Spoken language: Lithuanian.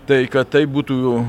tai kad taip būtų